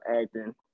acting